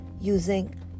using